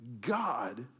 God